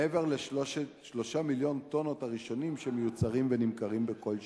מעבר ל-3 מיליון טונות הראשונים שמיוצרים ונמכרים בכל שנה.